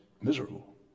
miserable